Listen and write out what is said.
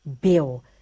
bill